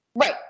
Right